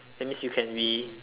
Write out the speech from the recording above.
that means you can be